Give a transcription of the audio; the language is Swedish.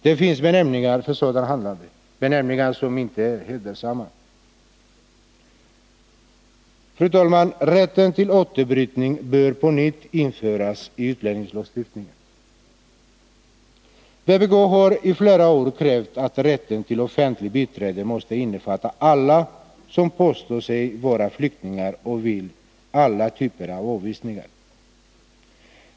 Det finns benämningar för sådant handlande, benämningar som inte är hedersamma. Fru talman! Rätten till återbrytning bör på nytt införas i utlänningslagstiftningen. Vpk har i flera år krävt att rätten till offentligt biträde måste innefatta alla som påstår sig vara flyktingar och vid alla typer av avvisningar.